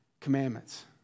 commandments